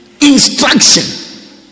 Instruction